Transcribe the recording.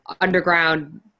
underground